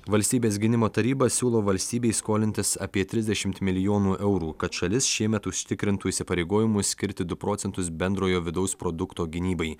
valstybės gynimo taryba siūlo valstybei skolintis apie trisdešimt milijonų eurų kad šalis šiemet užtikrintų įsipareigojimus skirti du procentus bendrojo vidaus produkto gynybai